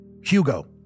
Hugo